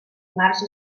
març